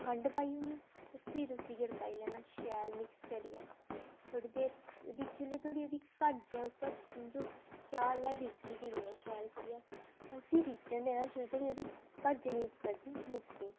खंड पाई ओड़नी ते फिर उसी गड़काई लैना शैल मिक्स करियै थोह्ड़ी देर ओह्दी जुल्लै धोड़ी ओह्दी घज्जै उप्पर समझो चाह् रिज्झी दी निं ऐ शैल करियै उसी रिज्झन देना जैल्लै धोड़ी ओह्दी घज्ज निं उप्पर दी मुकदी